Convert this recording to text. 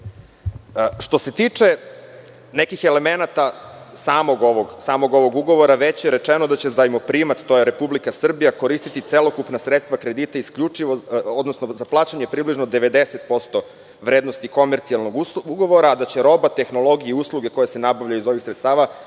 se tiče nekih elemenata samog ovog ugovora, već je rečeno da će zajmoprimac, to je Republika Srbija koristiti celokupna sredstva kredita isključivo za plaćanje približno 90% vrednosti komercijalnog ugovora a da će roba tehnologije i usluge koje se nabavljaju iz ovih sredstava